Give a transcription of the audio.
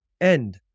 end